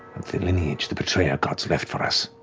the lineage the betrayer gods left for us